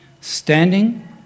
standing